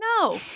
No